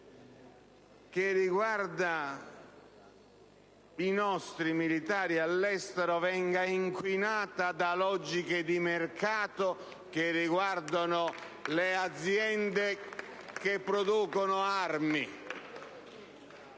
riguardante i nostri militari all'estero venga inquinato da logiche di mercato delle aziende che producono armi.